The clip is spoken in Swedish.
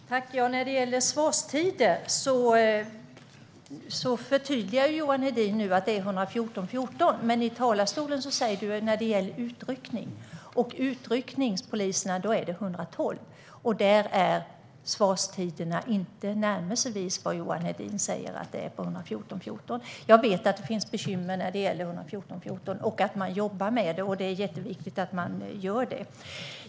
Herr talman! När det gäller svarstider förtydligade Johan Hedin nu att det är 11414. I talarstolen talade han dock om utryckning, och när det gäller utryckningspoliser är det 112. Där är svarstiderna inte i närheten av vad Johan Hedin säger att de är för 11414. Jag vet att det finns bekymmer när det gäller 11414 och att man jobbar med dem. Det är jätteviktigt att man gör det.